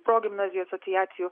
progimnazijų asociacijų